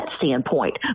standpoint